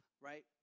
right